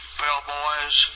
bellboys